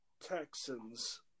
Texans